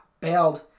bailed